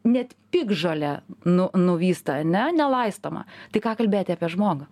net piktžolė nu nuvysta ane nelaistoma tai ką kalbėti apie žmogų